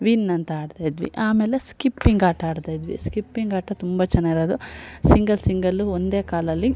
win ಅಂತ ಆಡ್ತಾ ಇದ್ವಿ ಆಮೇಲೆ ಸ್ಕಿಪ್ಪಿಂಗ್ ಆಟ ಆಡ್ತ ಇದ್ವಿ ಸ್ಕಿಪ್ಪಿಂಗ್ ಆಟ ತುಂಬ ಚೆನ್ನಾಗಿರೋದು ಸಿಂಗಲ್ ಸಿಂಗಲ್ ಒಂದೇ ಕಾಲಲ್ಲಿ